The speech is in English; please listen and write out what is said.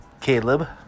Caleb